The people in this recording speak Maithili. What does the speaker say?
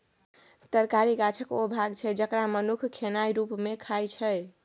तरकारी गाछक ओ भाग छै जकरा मनुख खेनाइ रुप मे खाइ छै